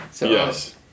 Yes